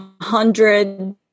hundred